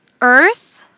earth